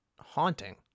haunting